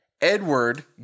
Edward